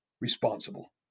responsible